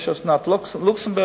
יש אסנת לוקסנבורג,